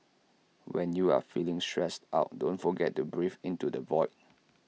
when you are feeling stressed out don't forget to breathe into the void